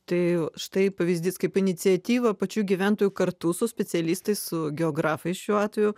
tai štai pavyzdys kaip iniciatyva pačių gyventojų kartu su specialistais su geografais šiuo atveju